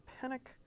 Panic